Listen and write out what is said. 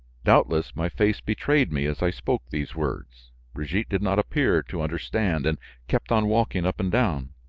doubtless, my face betrayed me as i spoke these words brigitte did not appear to understand and kept on walking up and down.